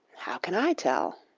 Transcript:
how can i tell?